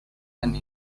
and